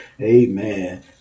Amen